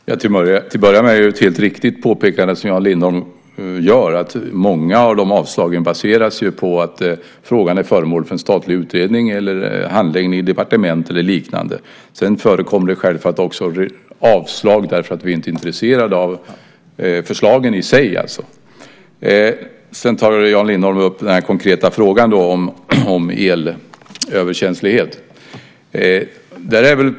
Herr talman! Till att börja med är det ett helt riktigt påpekande som Jan Lindholm gör: Många av avslagen baseras ju på att en fråga är föremål för en statlig utredning, handläggning i departement eller liknande. Sedan förekommer det självfallet också avslag därför att vi inte är intresserade av förslagen i sig. Jan Lindholm tar också upp den konkreta frågan om elöverkänslighet.